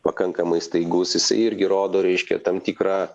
pakankamai staigaus jisai irgi rodo reiškia tam tikrą